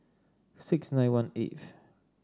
six nine one eighth